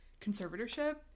conservatorship